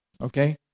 okay